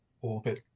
Orbit